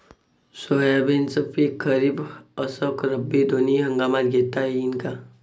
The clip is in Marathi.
सोयाबीनचं पिक खरीप अस रब्बी दोनी हंगामात घेता येईन का?